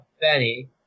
Benny